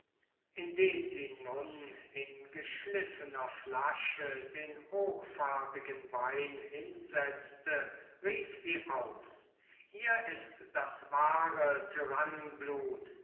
indem sie nun in geschliffener flasche den hochfarbigen wein hinsetzte rief sie aus hier ist das wahre